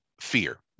fear